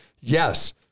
yes